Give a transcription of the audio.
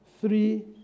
three